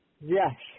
Yes